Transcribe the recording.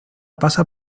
pasa